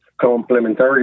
complementary